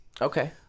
okay